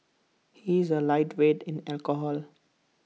he is A lightweight in alcohol